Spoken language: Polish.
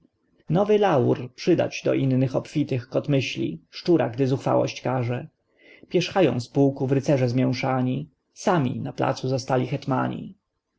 nowy laur przydać do innych obfitych kot myśli szczura gdy zuchwałość karze pierzchają z półków rycerze zmięszani sami na placu zostali hetmani